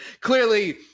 Clearly